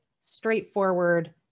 straightforward